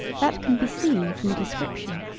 that can be seen from the description.